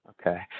Okay